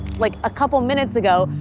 like, a couple of minutes ago,